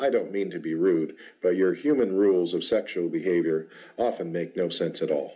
i don't mean to be rude but you're human rules of sexual behavior often make no sense at all